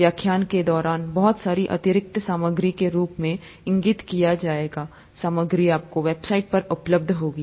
व्याख्यान के दौरान बहुत सारी अतिरिक्त सामग्री के रूप में इंगित किया जाए सामग्री आपको साइट पर उपलब्ध होगा